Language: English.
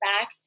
back